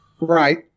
Right